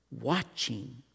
watching